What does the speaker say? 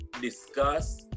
discuss